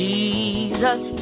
Jesus